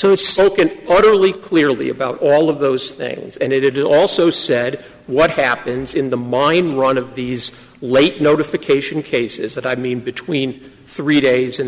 to stoke an orderly clearly about all of those things and it is also said what happens in the mining run of these late notification cases that i mean between three days